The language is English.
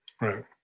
Right